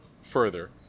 further